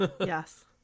Yes